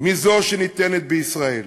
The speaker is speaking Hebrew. מזו שניתנת בישראל.